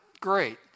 great